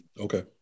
Okay